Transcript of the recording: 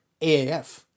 aaf